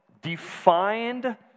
defined